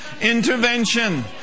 Intervention